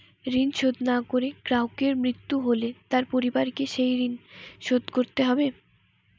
ঋণ শোধ না করে গ্রাহকের মৃত্যু হলে তার পরিবারকে সেই ঋণ শোধ করতে হবে?